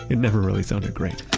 it never really sounded great.